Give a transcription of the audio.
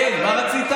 כן, מה רצית?